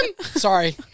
Sorry